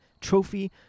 trophy